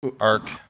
Arc